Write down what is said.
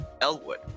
Elwood